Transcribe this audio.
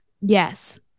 yes